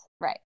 Right